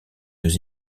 deux